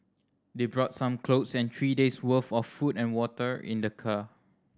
they brought some clothes and three days worth of food and water in their car